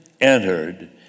entered